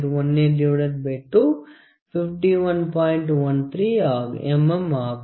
13 mm ஆகும்